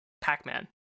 Pac-Man